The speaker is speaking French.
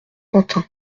quentin